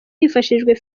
hifashishijwe